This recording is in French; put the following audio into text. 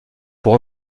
pour